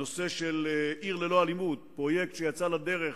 הנושא של "עיר ללא אלימות", פרויקט שיצא לדרך